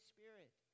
Spirit